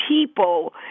people